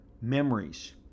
memories